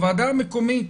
הוועדה המקומית